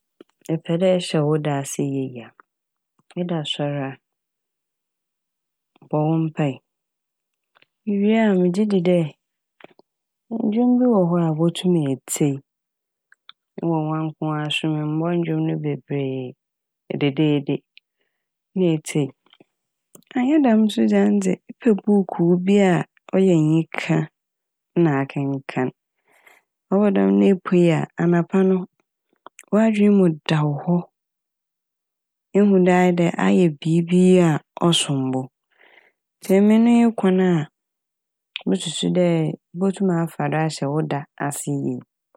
Epɛ dɛ ehyɛ wo da ase yie a, eda soɛr a bɔ wo mpae iwie a megye dzi dɛ ndwom bi wɔ hɔ a botum etsie ewɔ ɔannko w'aso m'. Mmbɔ ndwom no bebree dedeede na etsie. Annyɛ dɛm so dze a ano dze epɛ buukuu bi a ɔyɛ enyika na akenkan. Ɔba dɛm na epuei a anapa no w'adwen mu da wo hɔ ehu dɛ ayɛ biibi a ɔsom bo ntsi emi ɛne nye kwan a musu dɛ ebotum afa do ahyɛ wo da ase yie.